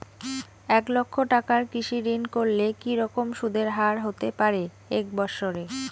এক লক্ষ টাকার কৃষি ঋণ করলে কি রকম সুদের হারহতে পারে এক বৎসরে?